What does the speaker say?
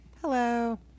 hello